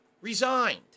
resigned